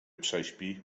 prześpi